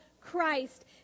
christ